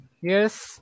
Yes